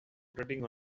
rotating